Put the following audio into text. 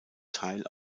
teil